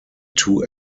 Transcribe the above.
two